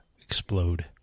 explode